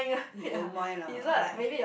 he don't mind lah okay